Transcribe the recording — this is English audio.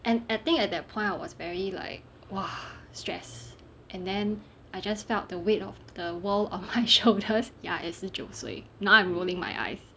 and I think at that point I was very like !wah! stressed and then I just felt the weight of the world on my shoulders ya at 十九岁 now I'm rolling my eyes